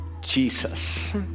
Jesus